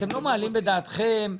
האם לא ישבו בבנק ישראל לחשוב?